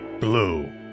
blue